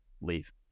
leave